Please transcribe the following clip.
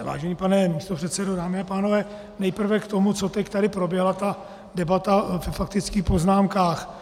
Vážený pane místopředsedo, dámy a pánové, nejprve k tomu, co teď tady proběhla ta debata, o faktických poznámkách.